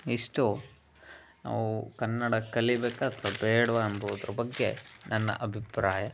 ಇಷ್ಟು ನಾವು ಕನ್ನಡ ಕಲೀಬೇಕಾ ಅಥವಾ ಬೇಡವಾ ಎಂಬುದ್ರ ಬಗ್ಗೆ ನನ್ನ ಅಭಿಪ್ರಾಯ